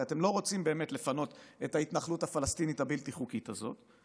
הרי אתם לא באמת רוצים לפנות את ההתנחלות הפלסטינית הבלתי-חוקית הזאת,